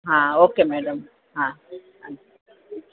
હા okay medal હા હ